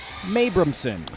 Mabramson